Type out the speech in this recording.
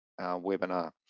webinar